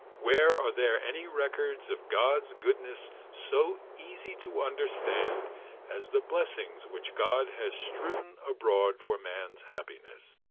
where are there any records of god's goodness so easy to understand as the blessings which god has strewn abroad for man's happiness?